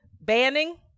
banning